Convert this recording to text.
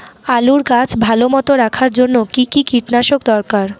আলুর গাছ ভালো মতো রাখার জন্য কী কী কীটনাশক দরকার?